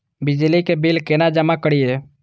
बिजली के बिल केना जमा करिए?